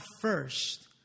first